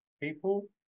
people